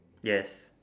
yes